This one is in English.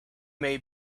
may